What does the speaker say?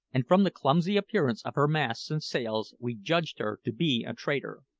and from the clumsy appearance of her masts and sails we judged her to be a trader.